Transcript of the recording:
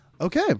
Okay